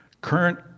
Current